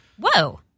Whoa